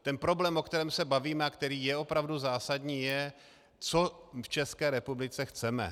Ten problém, o kterém se bavíme a který je opravdu zásadní, je, co v České republice chceme.